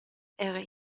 era